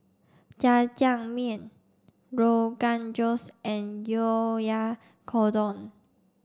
Jajangmyeon Rogan Josh and Oyakodon